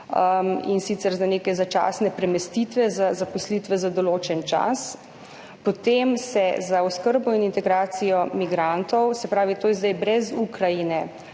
in sicer za neke začasne premestitve, za zaposlitve za določen čas. Potem se je za oskrbo in integracijo migrantov, to je zdaj brez Ukrajine,